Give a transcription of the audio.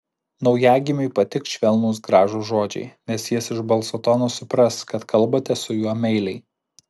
naujagimiui patiks švelnūs gražūs žodžiai nes jis iš balso tono supras kad kalbate su juo meiliai